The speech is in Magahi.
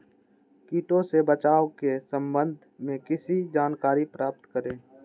किटो से बचाव के सम्वन्ध में किसी जानकारी प्राप्त करें?